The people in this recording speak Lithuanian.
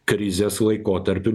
krizės laikotarpiu